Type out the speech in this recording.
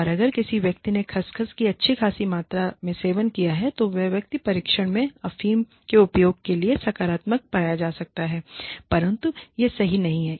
और अगर किसी व्यक्ति ने खुस खस की अच्छी खासी मात्रा में सेवन किया है तो वह व्यक्ति परीक्षण में अफीम के उपयोग के लिए सकारात्मक पाया जा सकता है परंतु यह सही नहीं है